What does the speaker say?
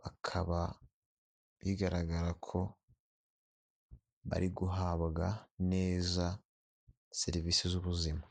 bakaba bigaragara ko bari guhabwa neza serivisi z'ubuzima.